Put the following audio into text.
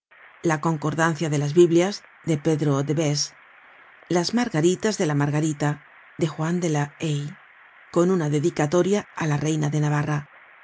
la concordancia de las biblias de pedro de besse las margaritas de la margarita de juan de la haye con una dedicatoria á la reina de navarra el